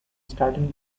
starting